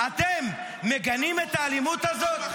אתם מגנים את האלימות הזאת?